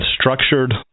structured